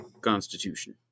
Constitution